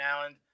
island